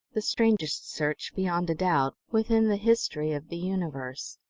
the strangest search, beyond a doubt, within the history of the universe.